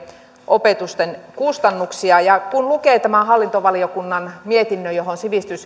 opetusten kustannuksia kun lukee tämän hallintovaliokunnan mietinnön johon